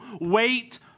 wait